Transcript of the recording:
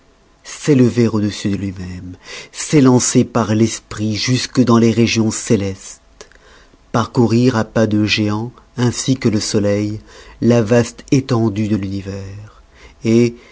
s'élever au-dessus de lui-même s'élancer par l'esprit jusque dans les régions célestes parcourir à pas de géant ainsi que le soleil la vaste étendue de l'univers